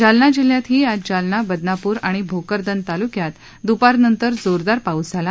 जालना जिल्ह्यातही आज जालना बदनाप्र अणि भोकरदन तालुक्यात दुपारनंतर जोरदार पाऊस झाला